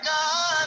God